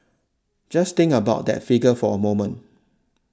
just think about that figure for a moment